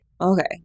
Okay